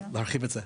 להרחיב את זה.